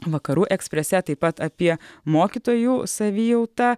vakarų eksprese taip pat apie mokytojų savijautą